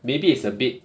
maybe it's a bit